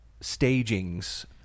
stagings